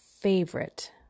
favorite